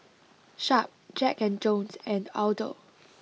Sharp Jack and Jones and Aldo